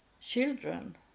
children